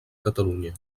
catalunya